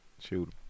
shoot